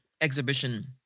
exhibition